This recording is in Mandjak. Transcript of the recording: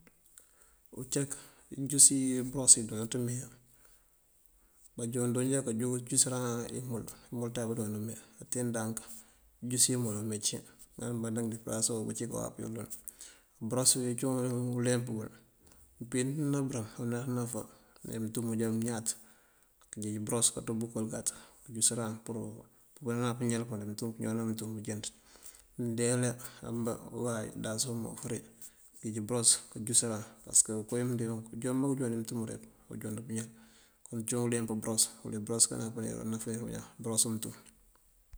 Uncak injúsi bëros iyi joowáaţ meyá. Bajoon ajoonjá búunká júsëran imul, imul ţan ibaajoonuŋ me. Tee ndank injúsi imul awáman cí, ŋal mbandank dí pëërásá búncí kowaap yël dël. Bërosi, cíwun ileemp uyël kíimpíinţëna bërëmb kúunaţa ná bëfa ajá muntum ajá mëëñat, këënjeej bëros káanţúpël kolëgat këënjúsëran pur pëëmpënan pëñal pun dí muntum. Ñawëna muntum mëënjënţ. Mëëndeela ambá uway kundáas muntum, ufëri këënjeej bëros kunjúsëran pasëk kowin ndee wí unjoon bákëjon dí muntum unjund pëñal. Uncíwun unleemp bëros uwël uwí bëros kánáfánir uwun bañaan, bëros muntum.